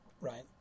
Right